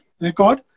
record